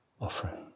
offering